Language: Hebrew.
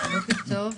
בוקר טוב.